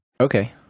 Okay